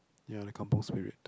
ya the Kampung Spirit